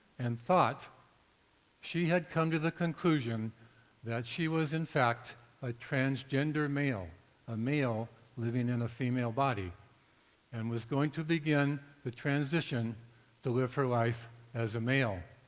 and thought she had come to the conclusion that she was in fact a transgender male a male living in a female body and was going to begin the transition to live her life as a male.